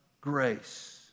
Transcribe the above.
grace